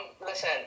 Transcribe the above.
Listen